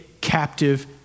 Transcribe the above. captive